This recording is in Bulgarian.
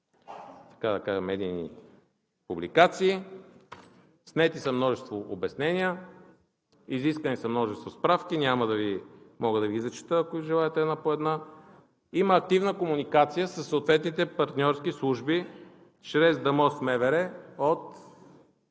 са различни медийни публикации, снети са множество обяснения, изискани са множество справки, няма да мога да ги зачета, ако желаете, една по една. Има активна комуникация със съответните партньорски служби чрез ДАМОС МВР от